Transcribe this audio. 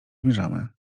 zmierzamy